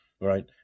right